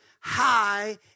high